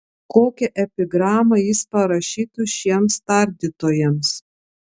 kokią epigramą jis parašytų šiems tardytojams